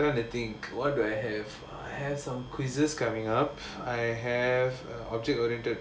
I'm trying to think what do I have I had some quizzes coming up I have a object oriented